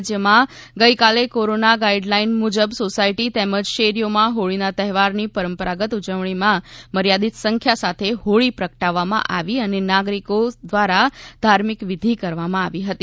રાજ્યમાં ગઈકાલે corona guideline મુજબ સોસાયટી તેમજ શેરીઓમાં હોળીના તહેવારની પરંપરાગત ઉજવણીમાં મર્યાદિત સંખ્યા સાથે હોળી પ્રગટાવવામાં આવી અને નાગરિકો દ્વારા ધાર્મિક વિધિ કરવામાં આવી હતી